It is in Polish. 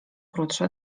krótsze